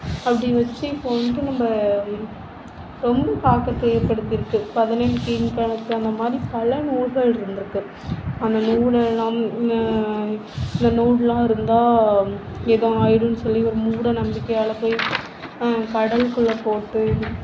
அப்படின்னு சீ போன்ட்டு நம்ம ரொம்ப தாக்கத்தை ஏற்படுத்தியிருக்கு பதினெண்கீழ்கணக்கு அந்த மாதிரி பல நூல்கள் இருந்திருக்கு அந்த நூல் எல்லாமே அந்த நூல்லாம் இருந்தால் எதுவும் ஆயிடும்னு சொல்லி ஒரு மூட நம்பிக்கையால் போய் கடலுக்குள்ளே போட்டு